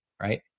right